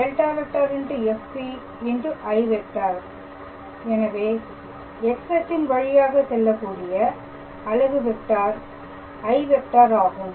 எனவே X அச்சின் வழியாக செல்லக்கூடிய அலகு வெக்டார் i ஆகும்